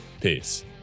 Peace